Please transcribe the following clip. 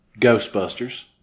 Ghostbusters